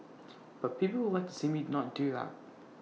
but people would like to see me not do that